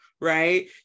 right